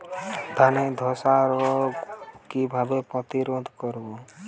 ধানে ধ্বসা রোগ কিভাবে প্রতিরোধ করব?